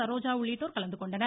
சரோஜா உள்ளிட்டோர் கலந்து கொண்டனர்